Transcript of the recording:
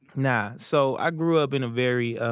nah, so, i grew up in a very, um,